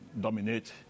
dominate